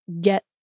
get